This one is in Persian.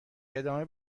ادامه